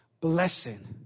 blessing